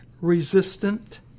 resistant